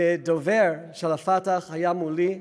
ודובר של ה"פתח" היה מולי,